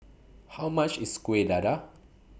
How much IS Kueh Dadar